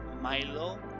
milo